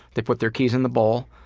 they put their keys in the bowl.